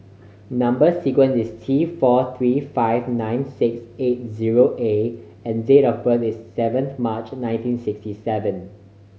number sequence is T four three five nine six eight zero A and date of birth is seven March nineteen sixty seven